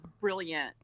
brilliant